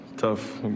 tough